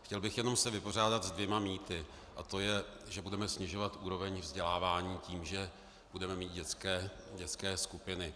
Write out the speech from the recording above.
Chtěl bych se jenom vypořádat s dvěma mýty, a to je, že se budeme snižovat úroveň vzdělávání tím, že budeme mít dětské skupiny.